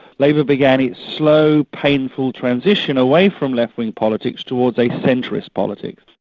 labour began its slow, painful transition away from left-wing politics towards a centrist politics.